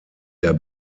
der